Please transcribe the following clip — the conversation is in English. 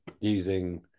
using